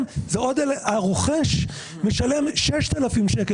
כן, הרוכש משלם 6,000 שקל.